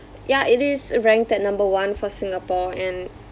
ya it is ranked at number one for Singapore and